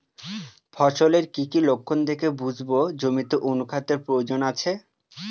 ফসলের কি কি লক্ষণ দেখে বুঝব জমিতে অনুখাদ্যের প্রয়োজন আছে?